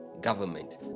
government